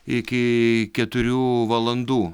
iki keturių valandų